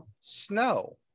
Snow